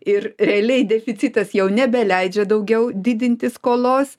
ir realiai deficitas jau nebeleidžia daugiau didinti skolos